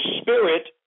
spirit